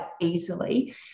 easily